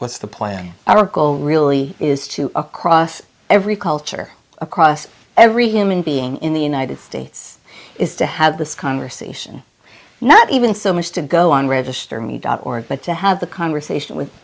's the plan our goal really is to across every culture across every human being in the united states is to have this conversation not even so much to go on register me or it but to have the conversation w